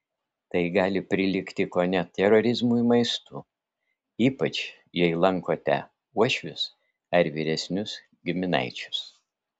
tai gali prilygti kone terorizmui maistu ypač jei lankote uošvius ar vyresnius giminaičius